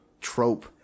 trope